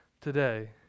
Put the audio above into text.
today